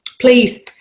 Please